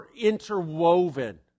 interwoven